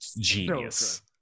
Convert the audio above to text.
Genius